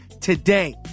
today